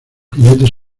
jinetes